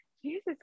Jesus